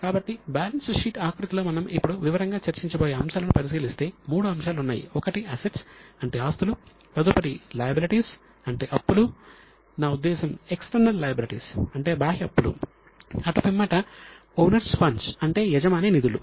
కాబట్టి balance sheet ఆకృతిలో మనం ఇప్పుడు వివరంగా చర్చించబోయే అంశాలను పరిశీలిస్తే 3 అంశాలు ఉన్నాయి ఒకటి అసెట్స్ అంటే యజమాని నిధులు